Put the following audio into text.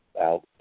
out